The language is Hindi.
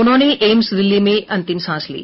उन्होंने एम्स दिल्ली में अंतिम सांस ली